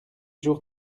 jour